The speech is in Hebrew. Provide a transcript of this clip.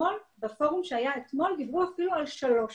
ובפורום שהיה אתמול דיברו אפילו על שלוש שנים.